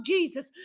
Jesus